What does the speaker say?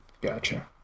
gotcha